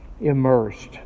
immersed